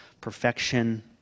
perfection